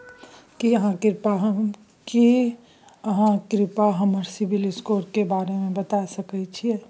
की आहाँ कृपया हमरा सिबिल स्कोर के बारे में बता सकलियै हन?